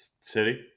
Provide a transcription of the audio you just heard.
city